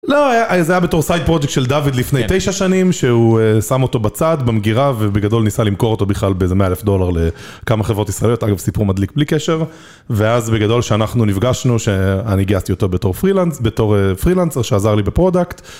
לא, זה היה בתור סייד פרוג'קט של דוד לפני תשע שנים, שהוא שם אותו בצד, במגירה, ובגדול ניסה למכור אותו בכלל באיזה מאה אלף דולר לכמה חברות ישראליות. אגב, סיפור מדליק, בלי קשר. ואז בגדול שאנחנו נפגשנו, שאני גייסתי אותו בתור פרילנס, בתור פרילנסר שעזר לי בפרודקט.